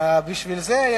אתה ממשיך.